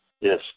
Yes